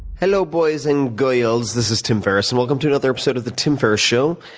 hello boys and girls. this is tim ferriss. and welcome to another episode of the tim ferriss show,